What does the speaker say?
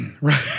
Right